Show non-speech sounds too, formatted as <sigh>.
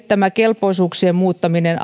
<unintelligible> tämä kelpoisuuksien muuttaminen <unintelligible>